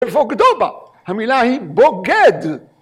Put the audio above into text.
‫בוגדובה! המילה היא בוגד.